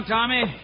Tommy